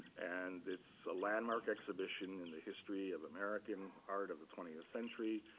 and it's a landmark exhibition in the history of american art of the twentieth century,